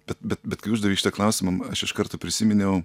bet bet bet kai uždavei šitą klausimą aš iš karto prisiminiau